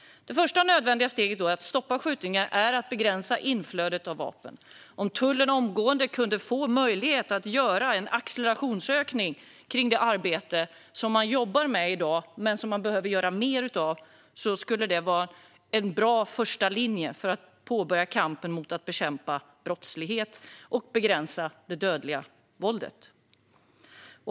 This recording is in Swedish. Det första nödvändiga steget för att stoppa skjutningar är att begränsa inflödet av vapen. Om tullen omgående kunde få möjligt att göra en acceleration av det arbete som de jobbar med i dag men som de behöver göra mer av skulle det vara en bra första linje för att påbörja att bekämpa brottslighet och begränsa det dödliga våldet.